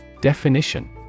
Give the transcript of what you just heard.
Definition